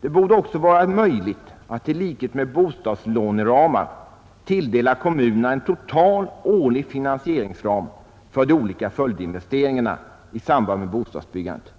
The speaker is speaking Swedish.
Det borde också vara möjligt att i likhet med bostadslåneramarna tilldela kommunerna en total årlig finansieringsram för de olika följdinvesteringarna i samband med bostadsbyggandet.